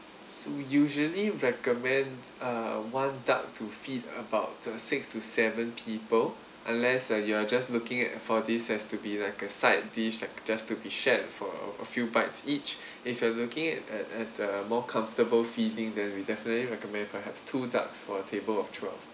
so usually recommend uh one duck to feed about the six to seven people unless like you are just looking at for this has to be like a side dish like just to be shared for a a few bites each if you are looking at at at a more comfortable feeding then we definitely recommend perhaps two ducks for a table of twelve